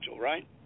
right